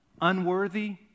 unworthy